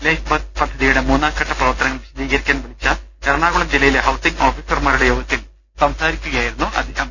life പദ്ധതിയുടെ മൂന്നാംഘട്ട പ്രവർത്തനങ്ങൾ വിശദീ കരിക്കാൻ വിളിച്ച എറണാകുളം ജില്ലയിലെ ഹൌസിംഗ് ഓഫീസർമാരുടെ യോത്തിൽ സംസാരിക്കുകയായിരുന്നു അദ്ദേഹം